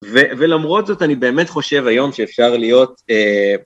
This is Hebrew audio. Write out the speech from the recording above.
ולמרות זאת, אני באמת חושב היום שאפשר להיות...